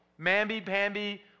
mamby-pamby